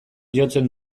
jotzen